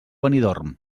benidorm